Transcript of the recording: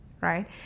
right